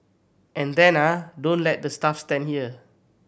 and then ah don't let the staff stand here